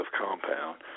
compound